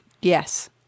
Yes